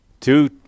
Two